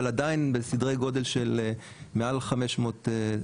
אבל עדיין בסדרי גודל של מעל 500 דולר.